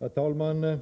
Herr talman!